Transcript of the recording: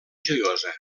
joiosa